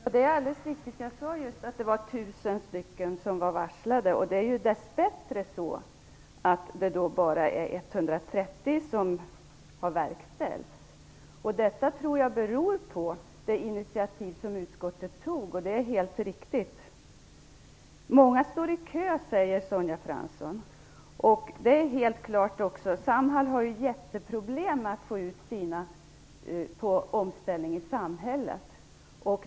Herr talman! Det är alldeles riktigt, vilket jag just sade, att det är 1 000 personer som är varslade. Dessbättre är det bara 130 uppsägningar som har verkställts. Det tror jag beror på det initiativ som utskottet tog, som var helt riktigt. Många står i kö, säger Sonja Fransson. Det är helt klart att Samhall har jätteproblem med att få ut sina anställda för omställning i samhället.